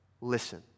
listen